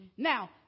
Now